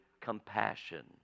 compassion